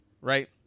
right